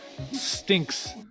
Stinks